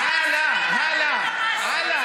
הלאה, הלאה, הלאה.